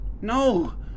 No